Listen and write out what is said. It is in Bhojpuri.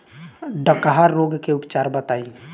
डकहा रोग के उपचार बताई?